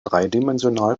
dreidimensional